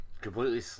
completely